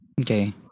Okay